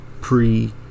pre